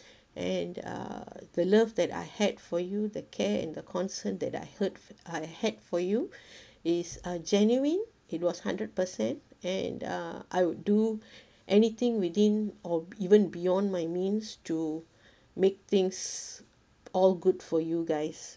and uh the love that I had for you the care and the concern that I heard I had for you is a genuine it was hundred percent and uh I would do anything within or even beyond my means to make things all good for you guys